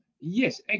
Yes